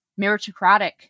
meritocratic